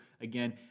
again